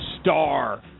star